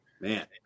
man